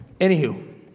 Anywho